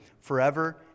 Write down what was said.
forever